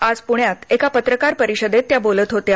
आज पुण्यात एका पत्रकार परिषदेत त्या बोलत होत्या